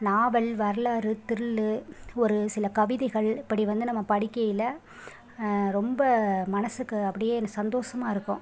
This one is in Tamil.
நாவல் வரலாறு திரில் ஒரு சில கவிதைகள் இப்படி வந்து நம்ம படிக்கையில் ரொம்ப மனதுக்கு அப்படியே சந்தோஷமாருக்கும்